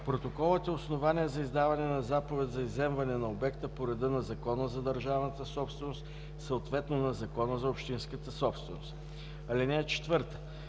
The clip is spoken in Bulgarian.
Протоколът е основание за издаване на заповед за изземване на обекта по реда на Закона за държавната собственост, съответно на Закона за общинската собственост. (4) Срокът